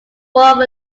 board